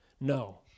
No